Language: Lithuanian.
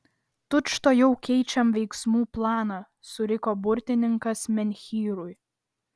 tučtuojau keičiam veiksmų planą suriko burtininkas menhyrui